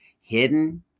hidden